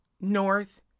North